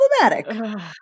Problematic